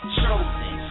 chosen